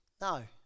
no